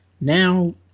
now